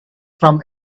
from